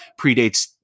predates